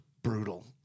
brutal